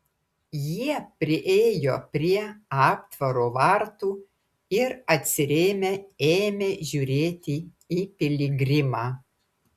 jie priėjo prie aptvaro vartų ir atsirėmę ėmė žiūrėti į piligrimą